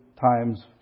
times